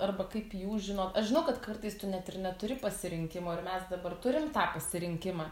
arba kaip jūs žinot aš žinau kad kartais tu net ir neturi pasirinkimo ir mes dabar turim tą pasirinkimą